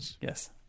yes